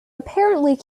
apparently